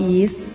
East